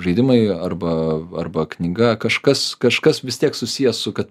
žaidimai arba arba knyga kažkas kažkas vis tiek susiję su kad